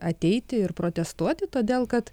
ateiti ir protestuoti todėl kad